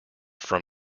from